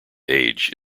age